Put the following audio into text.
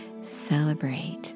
Celebrate